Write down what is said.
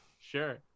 Sure